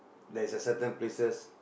there's a certain places